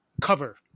cover